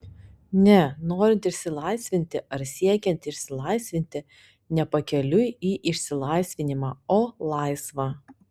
ne norinti išsilaisvinti ar siekianti išsilaisvinti ne pakeliui į išsilaisvinimą o laisva